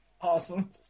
Awesome